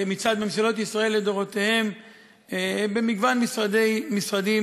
מצד ממשלות ישראל לדורותיהן במגוון משרדים,